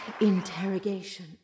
interrogation